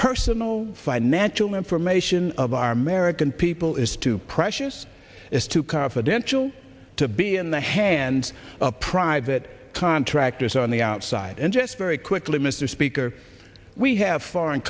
personal financial information of our american people is too precious is too confidential to be in the hands of private contractors on the outside and just very quickly mr speaker we have foreign